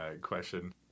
question